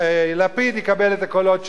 לפיד יקבל את הקולות שלו,